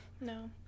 No